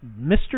Mr